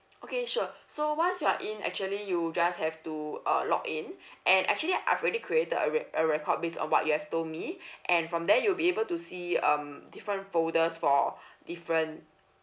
okay sure so once you're in actually you just have to uh login and actually I've already created a re~ a record based on what you have told me and from there you'll be able to see um different folders for different